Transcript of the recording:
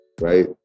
right